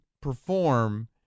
perform